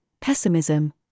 pessimism